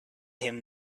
him